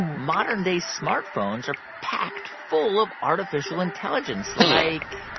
modern-day smartphones are packed full of artificial intelligence like